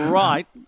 right